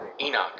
Enoch